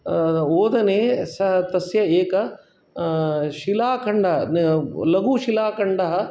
ओदने स तस्य एक शिलाखण्डः लघुः शिलाखण्डः